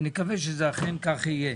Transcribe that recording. ונקווה שזה אכן כך יהיה.